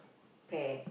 pair